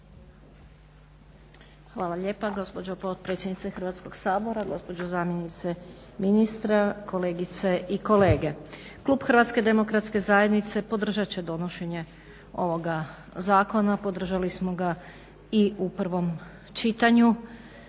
Hvala lijepa gospođo potpredsjednice Hrvatskog sabora. Gospođo zamjenice ministra, kolegice i kolege. Klub HDZ-a podržat će donošenje ovoga zakona, podržali smo ga i u prvom čitanju.